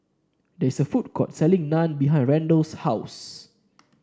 there is a food court selling Naan behind Randall's house